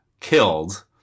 killed